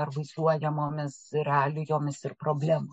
ar vaizduojamomis realijomis ir problem